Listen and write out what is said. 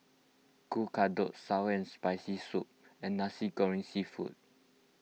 Kueh Kodok Sour and Spicy Soup and Nasi Goreng Seafood